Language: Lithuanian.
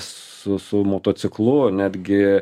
su su motociklu netgi